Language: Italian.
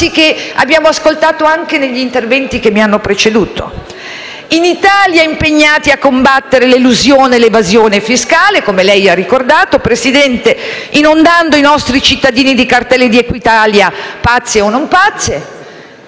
che abbiamo ascoltato anche negli interventi che mi hanno preceduto: in Italia impegnati a combattere l'elusione e l'evasione fiscale - come lei ha ricordato, presidente - inondando i nostri cittadini di cartelle di Equitalia, pazze o non pazze,